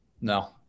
No